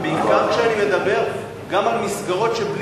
ובעיקר כשאני מדבר על מסגרות שפועלות